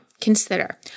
Consider